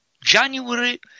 January